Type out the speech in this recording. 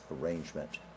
arrangement